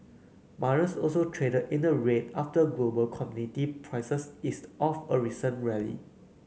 miners also traded in the red after global commodity prices eased off a recent rally